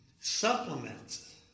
supplements